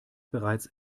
bereits